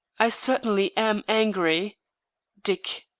i certainly am angry dick.